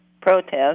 protest